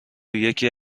یکی